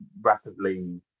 rapidly